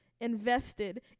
invested